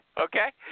Okay